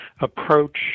approach